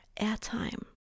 airtime